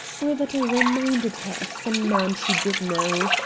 or that i reminded her of some man she did know.